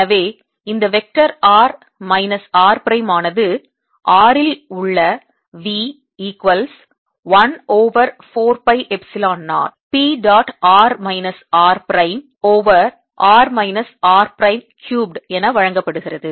எனவே இந்த vector r minus r prime ஆனது r இல் உள்ள V equals 1 over 4 pi epsilon 0 P dot r minus r prime over r minus r prime cubed என வழங்கப்படுகிறது